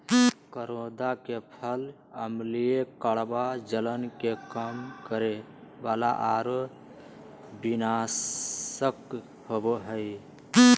करोंदा के फल अम्लीय, कड़वा, जलन के कम करे वाला आरो विषनाशक होबा हइ